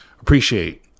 appreciate